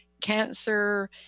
cancer